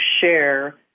share